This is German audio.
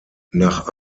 nach